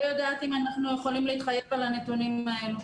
לא יודעת אם אנחנו יכולים להתחייב על הנתונים האלו.